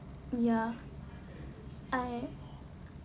ya I